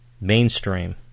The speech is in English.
mainstream